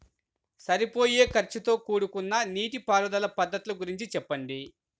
సరిపోయే ఖర్చుతో కూడుకున్న నీటిపారుదల పద్ధతుల గురించి చెప్పండి?